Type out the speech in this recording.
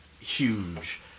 huge